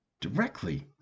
directly